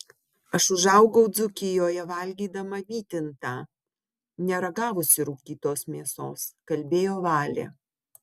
aš užaugau dzūkijoje valgydama vytintą neragavusi rūkytos mėsos kalbėjo valė